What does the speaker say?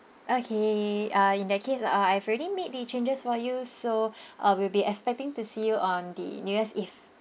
okay uh in that case uh I've already made the changes for you so uh we'll be expecting to see you on the new year's eve